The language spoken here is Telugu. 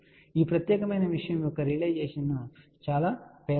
కాబట్టి ఈ ప్రత్యేకమైన విషయం యొక్క రియలైజేషన్ చాలా పేలవంగా మారుతుంది సరే